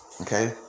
Okay